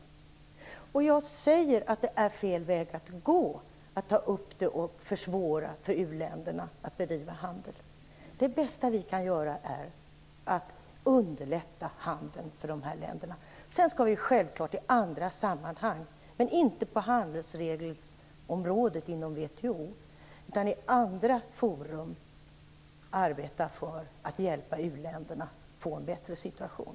Det är fel väg att gå att ta upp dessa frågor i WTO-sammanhang och därmed försvåra för uländerna att bedriva handel. Det bästa som vi kan göra är att underlätta handeln för dem. Sedan skall vi självfallet i andra sammanhang, men inte på handelsregelsområdet inom WTO, arbeta för att hjälpa uländerna att få en bättre situation.